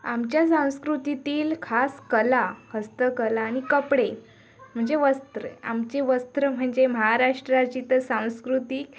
आमच्या संस्कृतीतील खास कला हस्तकला आणि कपडे म्हणजे वस्त्रे आमची वस्त्रं म्हणजे महाराष्ट्राची तर सांस्कृतिक